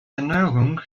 erneuerung